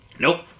Nope